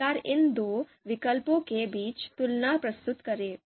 बेकार इन दो विकल्पों के बीच तुलना प्रस्तुत करें